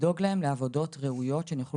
לדאוג להן לעבודות ראויות שהן יוכלו